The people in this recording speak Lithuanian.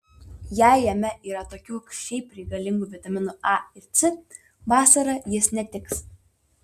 jei jame yra tokių šiaip reikalingų vitaminų a ir c vasarą jis netiks